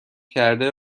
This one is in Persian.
کرده